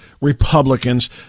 Republicans